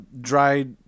dried